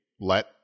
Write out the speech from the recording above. let